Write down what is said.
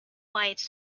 white